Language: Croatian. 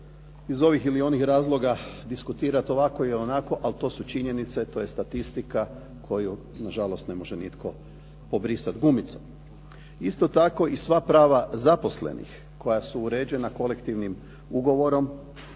iz ovih ili onih razloga diskutirati ovako ili onako, ali to su činjenice. To je statistika koju na žalost ne može nitko obrisati gumicom. Isto tako i sva prava zaposlenih koja su uređena kolektivnim ugovorom.